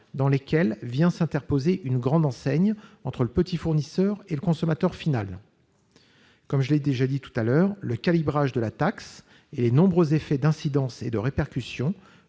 dans lesquels vient s'interposer une grande enseigne entre le petit fournisseur et le consommateur final. Je le répète, le calibrage de la taxe et les nombreux effets d'incidence et de répercussion,